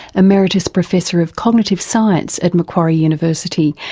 emeritus professor of cognitive science at macquarie university,